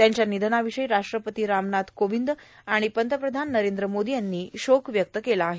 त्यांच्या निधनाविषयी राष्ट्रपती रामनाथ कोविंद आणि पंतप्रधान नरेंद्र मोदी यांनी शोक व्यक्त केला आहे